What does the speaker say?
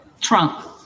Trump